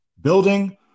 building